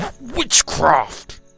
Witchcraft